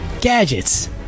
Gadgets